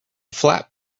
flat